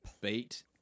beat